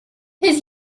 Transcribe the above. his